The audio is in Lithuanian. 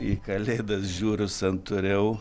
į kalėdas žiūriu santūriau